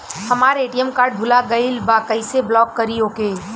हमार ATM card भूला गईल बा कईसे ब्लॉक करी ओके?